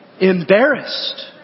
Embarrassed